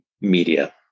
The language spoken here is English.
media